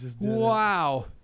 Wow